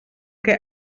que